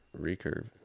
recurve